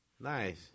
Nice